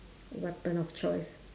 weapon of choice